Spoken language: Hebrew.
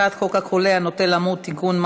הצעת חוק החולה הנוטה למות (תיקון,